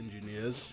engineers